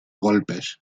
golpes